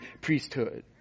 priesthood